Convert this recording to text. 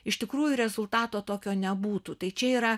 iš tikrųjų rezultato tokio nebūtų tai čia yra